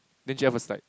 then Jeff was like